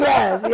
Yes